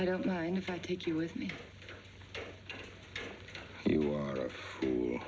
i don't mind if i take you with me you are